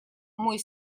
мой